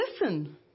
listen